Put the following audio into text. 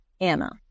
Anna